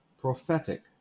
prophetic